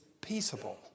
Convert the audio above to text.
peaceable